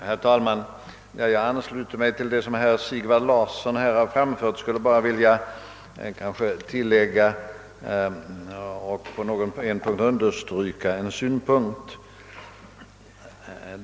Herr talman! Jag ansluter mig till vad herr Larsson i Umeå här har anfört. Jag skulle bara vilja tillägga en synpunkt och understryka en annan.